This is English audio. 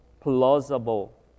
plausible